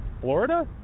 Florida